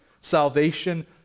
salvation